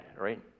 right